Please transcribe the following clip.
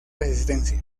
resistencia